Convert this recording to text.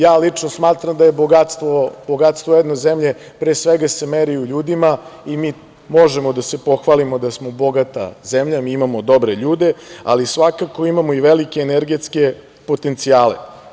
Ja lično smatram da se bogatstvo jedne zemlje pre svega meri u ljudima i mi možemo da se pohvalimo da smo bogata zemlja, mi imamo dobre ljude, ali svakako imamo i velike energetske potencijale.